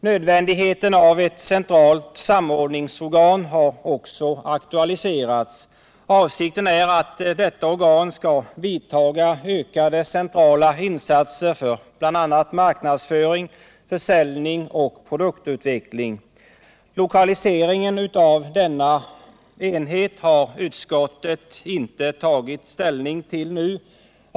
Nödvändigheten av ett centralt samordningsorgan har också aktualiserats. Avsikten är att detta organ skall göra ökade centrala insatser för marknadsföring, försäljning och produktutveckling. Lokaliseringen av denna enhet har utskottet inte tagit ställning till nu.